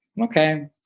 Okay